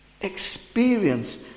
experience